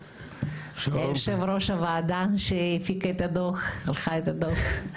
יושב-ראש הוועדה שערכה את הדוח.